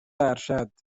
ارشد